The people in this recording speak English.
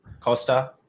Costa